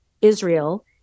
Israel